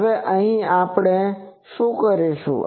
હવે અહીં આપણે શું કરીશું